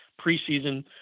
preseason